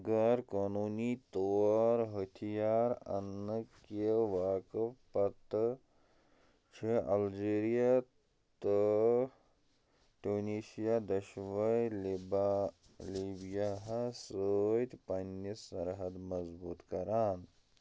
غٲر قونوٗنی طور ۂتھیار انٛنہٕ کہِ واقعہٕ پتہٕ چھِ الجیرِیا تہٕ ٹیٛوٗنِسِیا دۄشوٕے لِبا لیٖبیاہس سۭتۍ پنٛنہِ سرحَدٕ مضبوٗط کَران